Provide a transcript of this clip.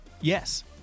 Yes